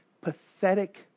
pathetic